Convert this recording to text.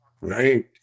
Right